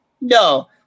No